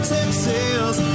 Texas